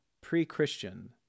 pre-Christian